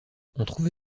retrouve